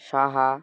Saha